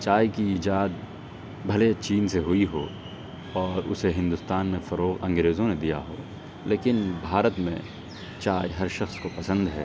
چائے کی ایجاد بھلے چین سے ہوئی ہو اور اسے ہندوستان میں فروغ انگریزوں نے دیا ہو لیکن بھارت میں چائے ہر شخص کو پسند ہے